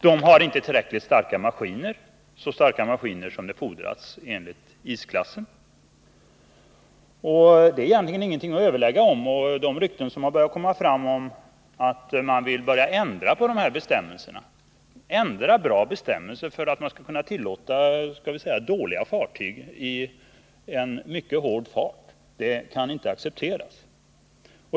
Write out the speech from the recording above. De har inte så starka maskiner som fordras enligt isklassen. Detta är egentligen ingenting att överlägga om. Det ryktas nu att man vill ändra gällande bestämmelser, alltså ändra bra bestämmelser, för att man skulle kunna tillåta så att säga dåliga fartyg för gång i mycket hård fart. Något sådant kan icke accepteras.